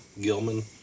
Gilman